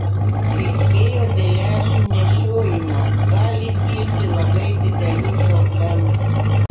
įspėjo dėl lęšių nešiojimo gali kilti labai didelių problemų